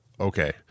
okay